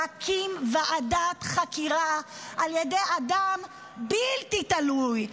להקים ועדת חקירה על ידי אדם בלתי תלוי.